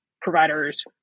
providers